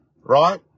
right